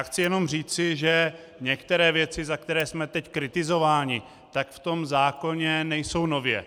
Chci jenom říci, že některé věci, za které jsme teď kritizováni, v tom zákoně nejsou nově.